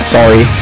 Sorry